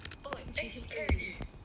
can already